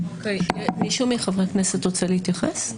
מישהו מחברי הכנסת רוצה להתייחס?